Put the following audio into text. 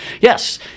Yes